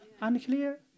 unclear